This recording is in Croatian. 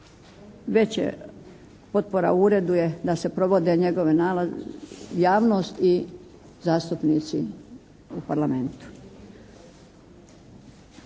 najveće potpora uredu je da se provode njegove javnost i zastupnici u parlamentu.